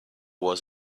was